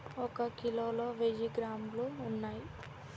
ఒక కిలోలో వెయ్యి గ్రాములు ఉన్నయ్